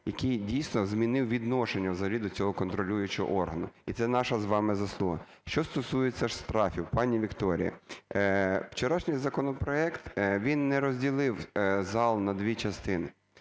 який дійсно змінив відношення взагалі до цього контролюючого органу. І це наша з вами заслуга. Що стосується штрафів, пані Вікторія. Вчорашній законопроект, він не розділив зал на дві частини,